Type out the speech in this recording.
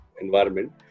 environment